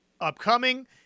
upcoming